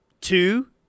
Two